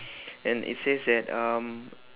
and it says that um